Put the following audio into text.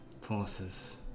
forces